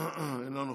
אינו נוכח.